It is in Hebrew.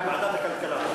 ועדת הכלכלה.